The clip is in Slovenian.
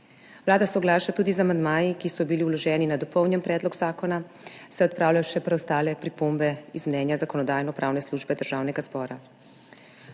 Vlada soglaša tudi z amandmaji, ki so bili vloženi na dopolnjen predlog zakona, saj odpravlja še preostale pripombe iz mnenja Zakonodajno-pravne službe Državnega zbora.